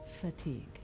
fatigue